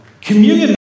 communion